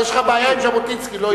יש לך בעיה עם ז'בוטינסקי ולא אתי.